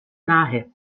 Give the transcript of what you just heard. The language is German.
nahe